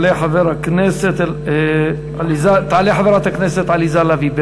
תעלה חברת הכנסת עליזה לביא,